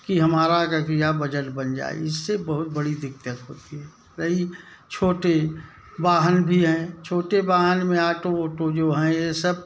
की हमारा ककीया बजल बान जाए इससे बहुत बड़ी दिक्कत होती हैं रही छोटे वाहन भी हैं छोटे वाहन में आटो ओटो जो हैं यें सब